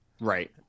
right